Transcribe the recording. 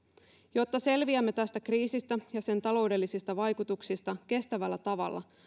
jotta selviämme tästä kriisistä ja sen taloudellisista vaikutuksista kestävällä tavalla